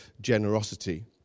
generosity